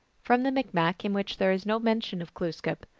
from the micmac, in which there is no mention of glooskap.